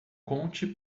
conte